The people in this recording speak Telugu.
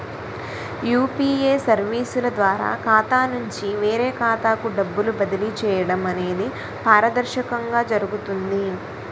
యూపీఏ సర్వీసుల ద్వారా ఖాతా నుంచి వేరే ఖాతాకు డబ్బులు బదిలీ చేయడం అనేది పారదర్శకంగా జరుగుతుంది